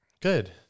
good